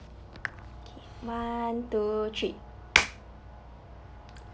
okay one two three